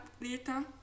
later